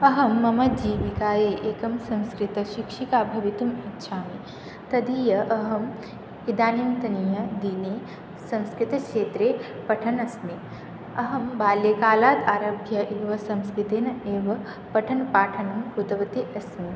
अहं मम जीविकायै एका संस्कृतशिक्षिका भवितुम् इच्छामि तदीय अहम् इदानीन्तनीयदिने संस्कृतक्षेत्रे पठन् अस्मि अहं बाल्यकालात् आरभ्य एव संस्कृतेन एव पठनपाठनं कृतवती अस्मि